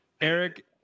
Eric